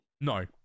No